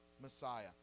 messiah